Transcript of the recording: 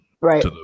right